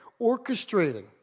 orchestrating